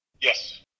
Yes